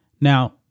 Now